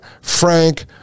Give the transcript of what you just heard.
frank